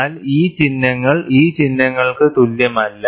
എന്നാൽ ഈ ചിഹ്നങ്ങൾ ഈ ചിഹ്നങ്ങൾക്ക് തുല്യമല്ല